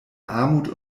armut